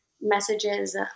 messages